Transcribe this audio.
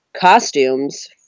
costumes